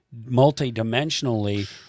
multidimensionally